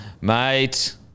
Mate